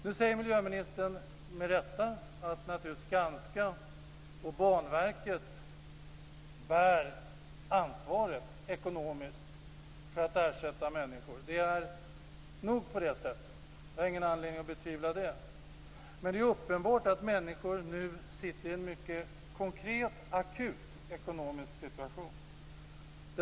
Nu säger miljöministern med rätta att Skanska och Banverket ekonomiskt bär ansvaret för att ersätta människor. Det är nog på det sättet. Jag har ingen anledning att betvivla det. Men det är uppenbart att människor nu sitter i en mycket konkret och akut ekonomisk situation.